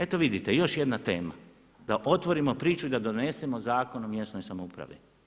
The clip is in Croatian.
Eto vidite, još jedna tema da otvorimo priču i da donesemo Zakon o mjesnoj samoupravi.